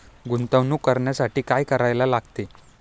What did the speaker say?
गुंतवणूक करण्यासाठी काय करायला लागते?